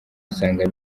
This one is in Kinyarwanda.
usanga